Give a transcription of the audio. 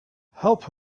help